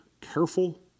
careful